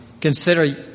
Consider